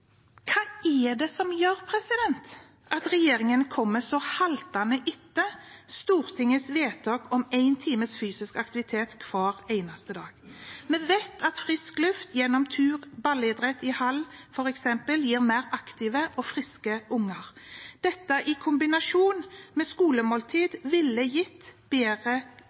Hva er det som gjør at regjeringen kommer haltende etter Stortingets vedtak om én time fysisk aktivitet hver eneste dag? Vi vet at frisk luft gjennom tur og f.eks. ballidrett i hall gir mer aktive og friske unger. Dette i kombinasjon med skolemåltider ville gitt en bedre